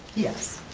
yes.